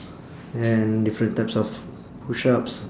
and different types of push ups